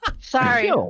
Sorry